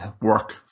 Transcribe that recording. work